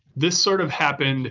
this sort of happened